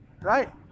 Right